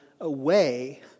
away